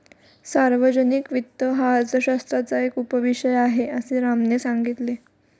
सार्वजनिक वित्त हा अर्थशास्त्राचा एक उपविषय आहे, असे रामने सांगितले